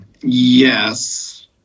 yes